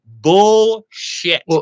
bullshit